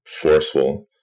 forceful